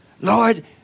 Lord